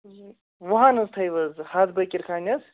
وُہَن ہٕنٛز تھٲوِو حظ ہَتھ بٲکِرخانہِ حظ